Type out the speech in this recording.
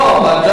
ודאי.